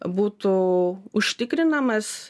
būtų užtikrinamas